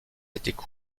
étaient